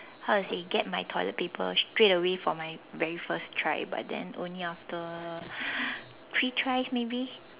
how to say get my toilet paper straightway from my very first try but then only after three tries maybe